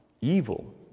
evil